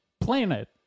planet